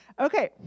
Okay